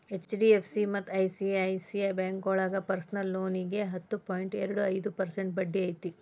HDFC ಮತ್ತ ICICI ಬ್ಯಾಂಕೋಳಗ personal ಲೋನಿಗಿ ಹತ್ತು ಪಾಯಿಂಟ್ ಎರಡು ಐದು ಪರ್ಸೆಂಟ್ ಬಡ್ಡಿ ಐತಿ